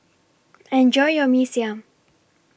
Enjoy your Mee Siam